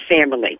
family